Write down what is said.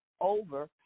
over